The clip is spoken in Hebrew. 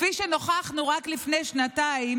כפי שנוכחנו, רק לפני שנתיים,